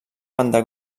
banda